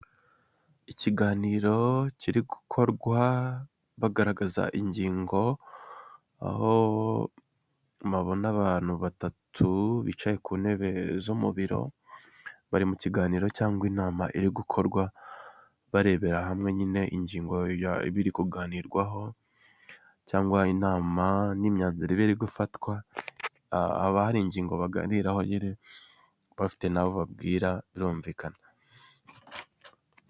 Ikiganiro kiri gukorwa bagaragaza ingingo, aho mpabona abantu batatu bicaye ku ntebe zo mubiro, bari mu kiganiro cyangwa inama iri gukorwa, barebera hamwe nyine ingingo ibiri kuganirwaho cyangwa inama n'imyanzuro iba iri gufatwa, haba hari ingingo baganiraho nyine bafite nabo babwira birumvikana.